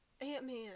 Ant-Man